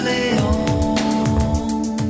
Leon